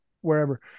Wherever